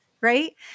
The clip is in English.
right